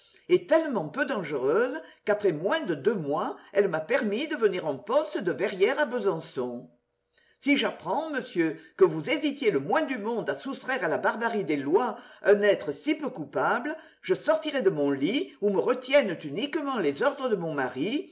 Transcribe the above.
est tellement peu dangereuse qu'après moins de deux mois elle m'a permis de venir en poste de verrières à besançon si j'apprends monsieur que vous hésitiez le moins du monde à soustraire à la barbarie des lois un être si peu coupable je sortirai de mon lit où me retiennent uniquement les ordres de mon mari